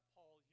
Paul